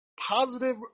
positive